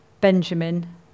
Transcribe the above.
Benjamin